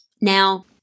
Now